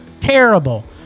Terrible